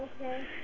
Okay